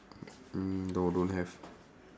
no don't have